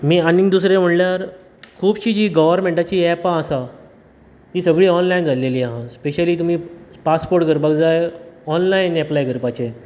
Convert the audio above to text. मे आनीक दुसरें म्हणल्यार खुपशीं जी गोवर्मेन्टाचीं एपां आसात तीं सगळीं ऑन्लायन जाल्लेली आहा स्पेशली तुमीं पासपोर्ट करपाक जाय ऑन्लायन एप्लाय करपाचें